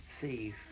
thief